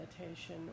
meditation